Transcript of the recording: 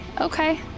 okay